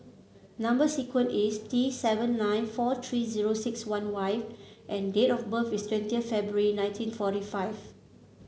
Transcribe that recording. number sequence is T seven nine four three zero six one Y and date of birth is twenty February nineteen forty five